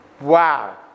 wow